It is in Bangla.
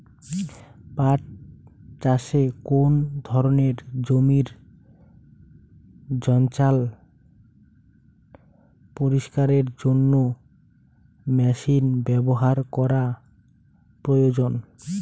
পাট চাষে কোন ধরনের জমির জঞ্জাল পরিষ্কারের জন্য মেশিন ব্যবহার করা প্রয়োজন?